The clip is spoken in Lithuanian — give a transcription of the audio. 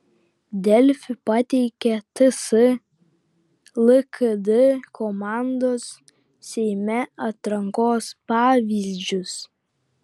delfi pateikia ts lkd komandos seime atrankos pavyzdžius